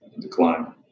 decline